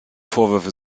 vorwürfe